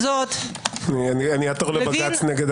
אעתור לבג"ץ.